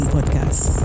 Podcast